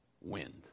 wind